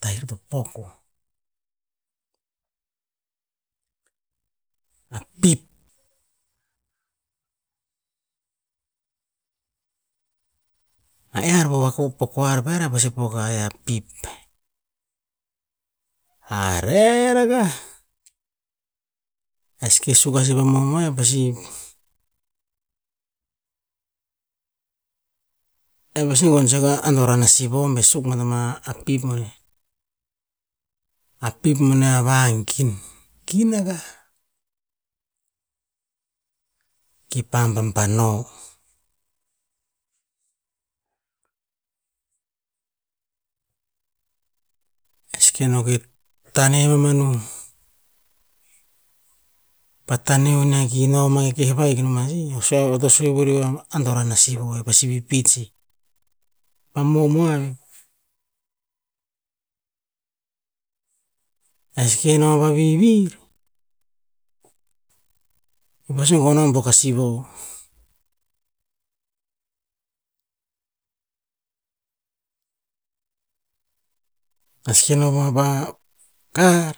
Tah ir to poko, a pip. E ear po koar pear ear pasi poka ya a pip. A reh ragah, e seke suk a si pa mohmoa e pasi, e pasi gonn saga a doran a sivoh be suk bat oma a pip boneh. A pip boneh a vangin, gin agah, kipa babanoh. E seke no ke taneh va manu, pa taneo na ki noma ke vahik enoma si, eo sue ba to sue vuru o, a doranah na sivoh e pasi pit si, pa mohmoa veh. E seke noh pa vih vit, e pasi gonn a buok a sivoh, seke noh ba kar,